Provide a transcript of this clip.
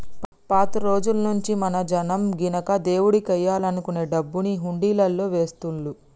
పాత రోజుల్నుంచీ మన జనం గినక దేవుడికియ్యాలనుకునే డబ్బుని హుండీలల్లో వేస్తుళ్ళు